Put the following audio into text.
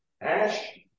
Ash